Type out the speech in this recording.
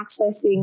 accessing